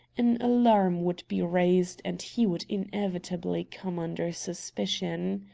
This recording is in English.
an alarm would be raised and he would inevitably come under suspicion.